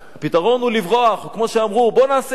הפתרון הוא לברוח, או כמו שאמרו: בואו נעשה הסדר.